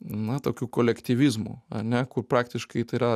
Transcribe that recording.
na tokiu kolektyvizmu ane kur praktiškai tai yra